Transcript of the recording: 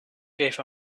gave